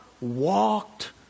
walked